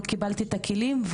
לא קיבלתי את הכלים,